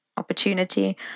opportunity